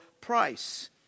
price